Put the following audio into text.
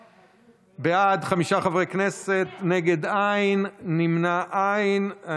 בעד, חמישה חברי כנסת, נגד, אין, נמנעים, אין.